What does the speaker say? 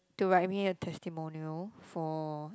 do write me a testimonial for